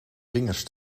vingers